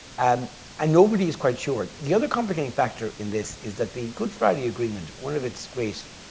and and nobody's quite sure. the other complicating factor in this is that the good friday agreement, one of its great,